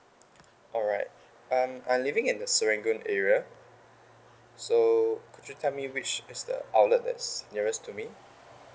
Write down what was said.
alright um I'm living in the serangoon area so could you tell me which is the outlet that's nearest to me